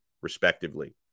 respectively